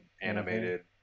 animated